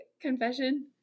confession